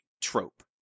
trope